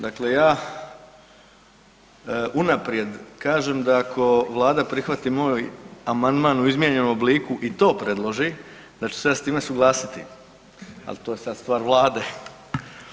Dakle, ja unaprijed kažem da ako Vlada prihvati moj amandman u izmijenjenom obliku i to predloži da ću se ja s time suglasiti, ali to je sad stvar Vlade.